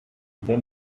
then